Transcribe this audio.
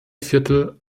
viertel